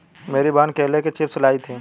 मेरी बहन केले के चिप्स लाई थी